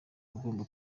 bagomba